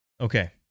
Okay